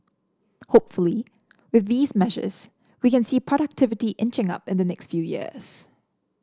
hopefully with these measures we can see productivity inching up in the next few years